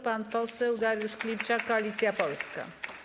Pan poseł Dariusz Klimczak, Koalicja Polska.